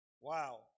Wow